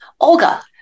Olga